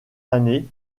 années